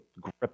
grip